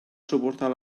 suportar